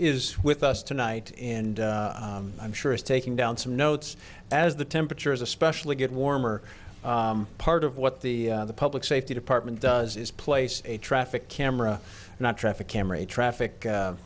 is with us tonight and i'm sure he's taking down some notes as the temperatures especially get warm are part of what the public safety department does is place a traffic camera not traffic camera traffic